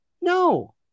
no